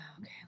Okay